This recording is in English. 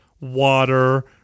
water